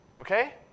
Okay